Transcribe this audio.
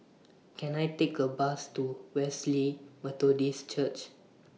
Can I Take A Bus to Wesley Methodist Church